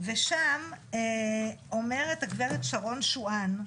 ושם אומרת הגברת שרון שוען,